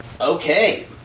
Okay